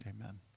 amen